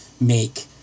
make